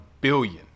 billion